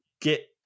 get